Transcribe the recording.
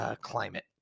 climate